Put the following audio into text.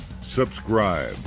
subscribe